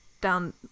down